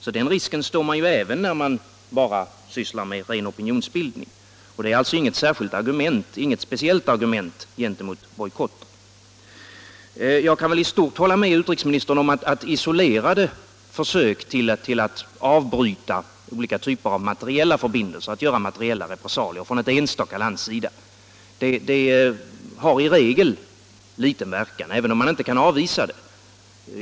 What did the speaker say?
Inför den risken står man även när man bara sysslar med ren opinionsbildning, och det är alltså inget speciellt argument gentemot bojkott. Jag kan väl i stort hålla med utrikesministern om att isolerade försök till att avbryta olika typer av materiella förbindelser, att utöva materiella repressalier, från ett enstaka lands sida i regel har liten verkan, även om man inte kan avvisa dem.